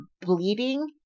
bleeding